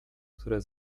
które